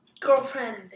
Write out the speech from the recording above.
girlfriend